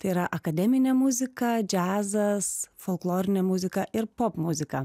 tai yra akademinė muzika džiazas folklorinė muzika ir popmuzika